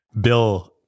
Bill